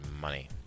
money